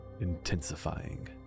intensifying